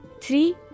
three